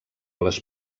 les